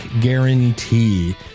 guarantee